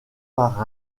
par